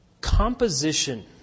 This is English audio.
Composition